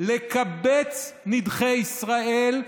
לקבץ נידחי ישראל,